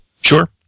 Sure